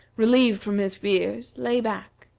relieved from his fears, lay back,